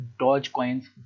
Dogecoin's